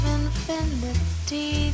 infinity